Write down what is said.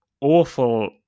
awful